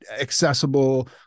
accessible